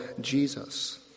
Jesus